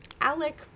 alec